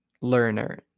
learner